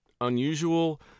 unusual